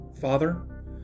Father